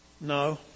No